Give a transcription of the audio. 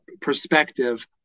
perspective